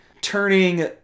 turning